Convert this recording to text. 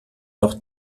noch